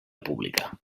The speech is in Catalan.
pública